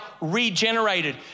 regenerated